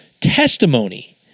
testimony